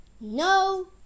no